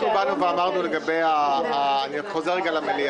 היועץ המשפטי של הכנסת איל ינון: